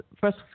first